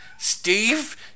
Steve